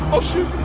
i'll shoot